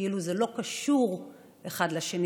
כאילו זה לא קשור אחד לשני.